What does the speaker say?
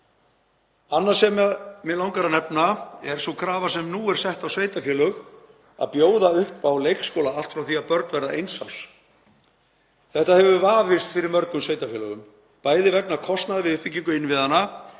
Annað sem mig langar að nefna er sú krafa sem nú er sett á sveitarfélög að bjóða upp á leikskóla allt frá því að börn verða eins árs. Þetta hefur vafist fyrir mörgum sveitarfélögum, bæði vegna kostnaðar við uppbyggingu innviðanna